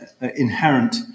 inherent